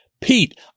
Pete